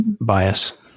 bias